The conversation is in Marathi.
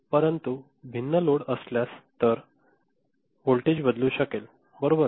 परंतु भिन्न लोड असल्यास तर व्होल्टेज बदलू शकेल बरोबर